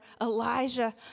Elijah